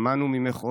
שמענו ממך,